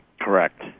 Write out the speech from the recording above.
Correct